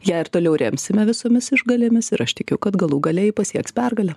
ją ir toliau remsime visomis išgalėmis ir aš tikiu kad galų gale ji pasieks pergalę